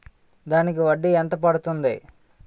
దానికి వడ్డీ ఎంత పడుతుంది?